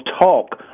talk